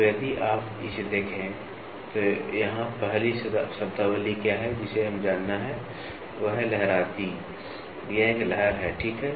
तो यदि आप इसे देखें तो यहाँ पहली शब्दावली क्या है जिसे हमें जानना है वह है लहराती यह एक लहर है ठीक है